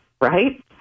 right